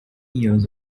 years